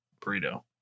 burrito